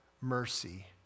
mercy